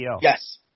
Yes